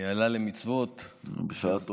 עלה למצוות, בשעה טובה.